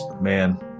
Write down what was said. Man